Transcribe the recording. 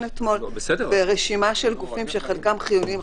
אתמול ורשימה של גופים שחלקם חיוניים,